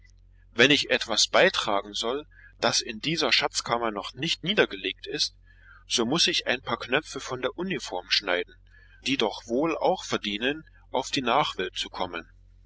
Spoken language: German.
wenn ich etwas beitragen soll das in dieser schatzkammer noch nicht niedergelegt ist so muß ich ein paar knöpfe von der uniform schneiden die doch wohl auch verdienen auf die nachwelt zu kommen